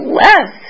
less